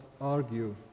argue